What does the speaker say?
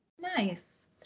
Nice